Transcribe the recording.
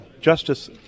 justice